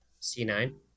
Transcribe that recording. C9